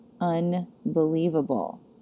unbelievable